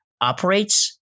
operates